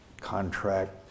contract